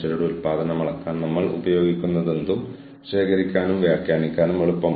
അവരുടെ സമ്മതം ഇല്ലെങ്കിൽ അവർക്കായി ഉണ്ടാക്കുന്ന നയങ്ങൾ നടപ്പിലാക്കാൻ വളരെ ബുദ്ധിമുട്ടാണ്